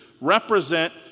represent